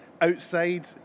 Outside